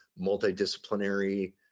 multidisciplinary